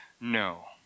no